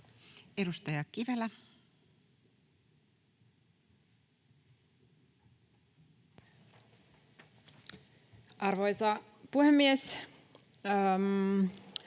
Edustaja Lohikoski. Arvoisa puhemies!